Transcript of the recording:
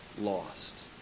lost